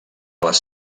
les